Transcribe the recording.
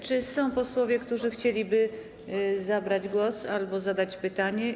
Czy są posłowie, którzy chcieliby zabrać głos albo zadać pytanie?